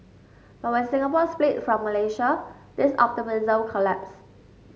but when Singapore split from Malaysia this optimism collapsed